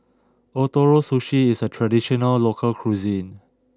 Ootoro Sushi is a traditional local cuisine